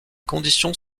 conditions